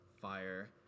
fire